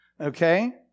okay